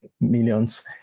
millions